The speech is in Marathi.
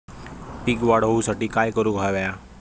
पीक वाढ होऊसाठी काय करूक हव्या?